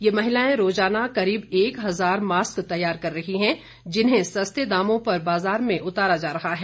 ये महिलाएं रोजाना करीब एक हजार मास्क तैयार कर रही हैं जिन्हें सस्ते दामों पर बाजार में उतारा जा रहा है